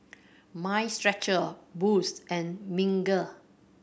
Mind Stretcher Boost and Smiggle